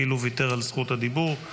כאילו ויתר על זכות הדיבור.